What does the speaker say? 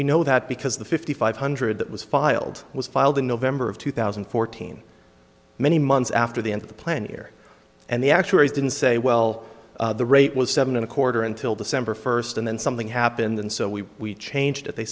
we know that because the fifty five hundred that was filed was filed in november of two thousand and fourteen many months after the end of the plan year and the actuaries didn't say well the rate was seven and a quarter until december first and then something happened and so we changed it they